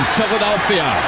Philadelphia